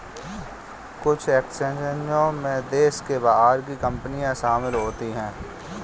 कुछ एक्सचेंजों में देश के बाहर की कंपनियां शामिल होती हैं